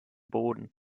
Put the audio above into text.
boden